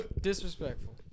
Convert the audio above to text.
Disrespectful